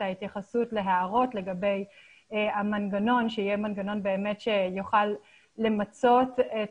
ההתייחסות להערות לגבי המנגנון שיהיה מנגנון שיוכל למצות את